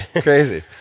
Crazy